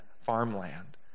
farmland